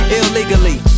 illegally